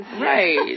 right